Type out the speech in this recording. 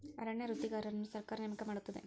ಅರಣ್ಯ ವೃತ್ತಿಗಾರರನ್ನು ಸರ್ಕಾರ ನೇಮಕ ಮಾಡುತ್ತದೆ